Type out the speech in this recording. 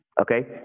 Okay